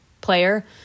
player